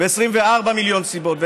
ו-24 מיליון סיבות,